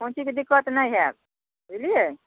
कोनो चीजके दिक्कत नहि होएत बुझलिए